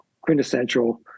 quintessential